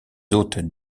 hôtes